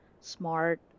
smart